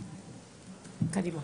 קדימה.